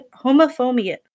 homophobia